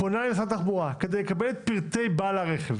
פונה למשרד התחבורה כדי לקבל את פרטי בעל הרכב,